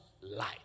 light